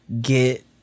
get